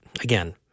again—